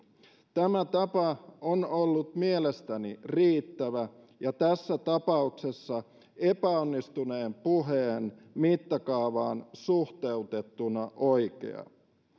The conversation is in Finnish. tämä tapa on ollut mielestäni riittävä ja tässä tapauksessa epäonnistuneen puheen mittakaavaan suhteutettuna oikea